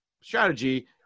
strategy